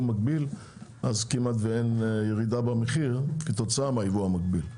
מקביל כמעט ואין ירידה במחיר כתוצאה מהיבוא המקביל.